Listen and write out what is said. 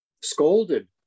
scolded